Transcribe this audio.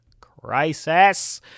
Crisis